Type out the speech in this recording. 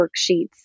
worksheets